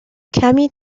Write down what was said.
کمی